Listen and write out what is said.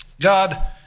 God